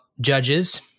judges